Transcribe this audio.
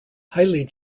highly